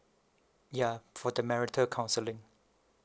ya for the marital counselling